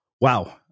Wow